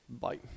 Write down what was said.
Bye